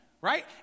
right